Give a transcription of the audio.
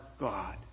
God